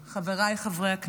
חבריי חברי הכנסת,